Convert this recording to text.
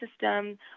system